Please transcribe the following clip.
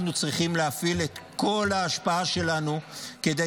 אנחנו צריכים להפעיל את כל ההשפעה שלנו כדי